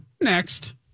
next